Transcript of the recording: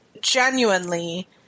genuinely